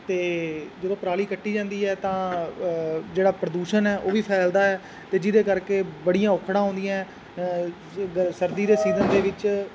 ਅਤੇ ਜਦੋਂ ਪਰਾਲੀ ਕੱਟੀ ਜਾਂਦੀ ਹੈ ਤਾਂ ਜਿਹੜਾ ਪ੍ਰਦੂਸ਼ਣ ਹੈ ਉਹ ਵੀ ਫੈਲਦਾ ਹੈ ਅਤੇ ਜਿਹਦੇ ਕਰਕੇ ਬੜੀਆਂ ਔਕੜਾਂ ਆਉਂਦੀਆਂ ਗ ਸਰਦੀ ਦੇ ਸੀਜ਼ਨ ਦੇ ਵਿੱਚ